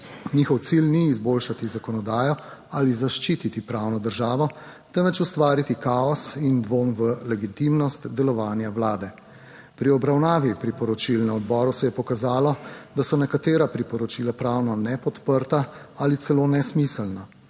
Njihov cilj ni izboljšati zakonodajo ali zaščititi pravno državo, temveč ustvariti kaos in dvom v legitimnost delovanja Vlade. Pri obravnavi priporočil na odboru se je pokazalo, da so nekatera priporočila pravno nepodprta ali celo nesmiselna.